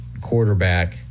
quarterback